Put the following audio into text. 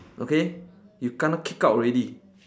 okay you kena kick out ready